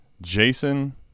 Jason